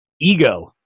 ego